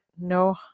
No